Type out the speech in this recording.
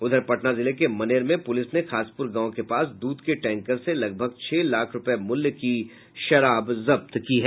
उधर पटना जिले के मनेर में पुलिस ने खासपुर गांव के पास दूध के टैंकर से लगभग छह लाख रूपये मूल्य की शराब जब्त की है